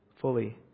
fully